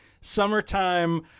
Summertime